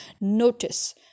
notice